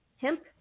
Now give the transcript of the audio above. Hemp